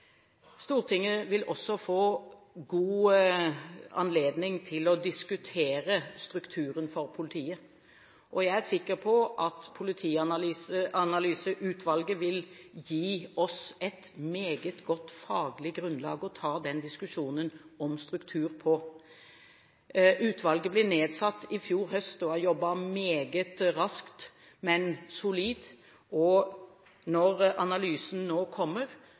Stortinget vil også få god anledning til å diskutere strukturen for politiet. Jeg er sikker på at politianalyseutvalget vil gi oss et meget godt faglig grunnlag å ta den diskusjonen om struktur på. Utvalget ble nedsatt i fjor høst og har jobbet meget raskt, men solid. Når analysen nå kommer,